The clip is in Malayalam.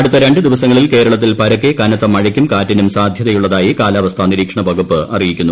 അടുത്ത രണ്ട് ദിവസങ്ങളിൽ കേരളത്തിൽ പരക്കെ കനത്ത മഴയ്ക്കും കാറ്റിനും സാധ്യതയുള്ളതായി കാലാവസ്ഥാ നിരീക്ഷണ വകുപ്പ് അറിയിക്കുന്നു